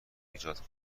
ایجاد